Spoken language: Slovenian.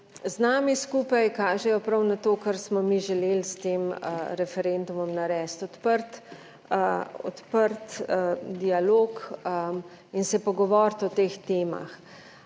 z nami skupaj kažejo prav na to, kar smo mi želeli s tem referendumom narediti odprt, odprt dialog in se pogovoriti o teh temah,